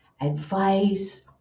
advice